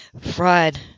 Fried